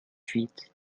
huit